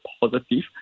positive